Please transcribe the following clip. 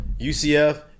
UCF